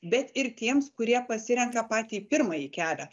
bet ir tiems kurie pasirenka patį pirmąjį kelią